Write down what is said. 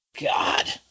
God